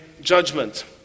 judgment